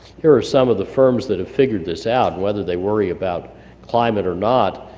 here are some of the firms that have figured this out whether they worry about climate or not